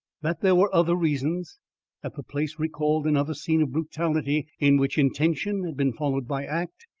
that there were other reasons that the place recalled another scene of brutality in which intention had been followed by act,